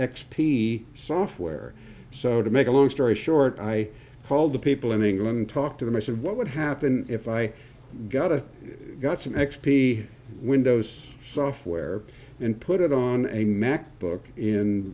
p software so to make a long story short i called the people in england talk to them i said what would happen if i got a got some x p windows software and put it on a mac book in